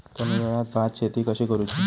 कमी वेळात भात शेती कशी करुची?